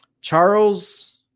Charles